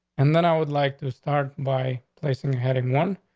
and then i would like to start by placing heading one.